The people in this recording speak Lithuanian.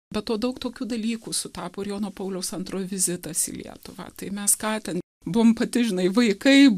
po to daug tokių dalykų sutapo ir jono pauliaus antrojo vizitas į lietuvą tai mes ką ten buvom pati žinai vaikai